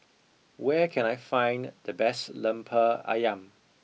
where can I find the best Lemper Ayam